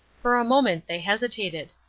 for a moment they hesitated.